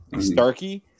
Starkey